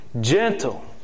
gentle